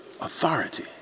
authority